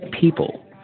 people